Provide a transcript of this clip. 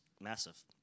massive